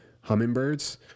hummingbirds